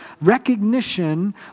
recognition